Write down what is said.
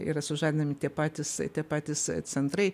yra sužadinami tie patys tie patys centrai